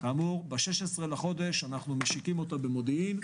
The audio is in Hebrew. ב-16 לחודש אנחנו משיקים אותה במודיעין.